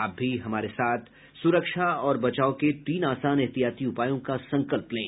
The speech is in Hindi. आप भी हमारे साथ सुरक्षा और बचाव के तीन आसान एहतियाती उपायों का संकल्प लें